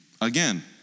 Again